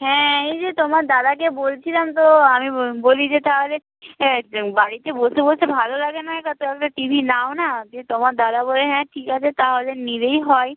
হ্যাঁ এই যে তোমার দাদাকে বলছিলাম তো আমি বলি যে তাহলে বাড়িতে বসে বসে ভালো লাগে না তাহলে টি ভি নাও না তোমার দাদা বলে হ্যাঁ ঠিক আছে তাহলে নিলেই হয়